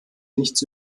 nichts